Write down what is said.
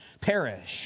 perish